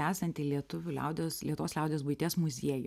esantį lietuvių liaudies lietuvos liaudies buities muziejų